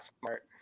smart